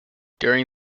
during